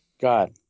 god